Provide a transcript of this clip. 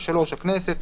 (3)הכנסת,